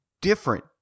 different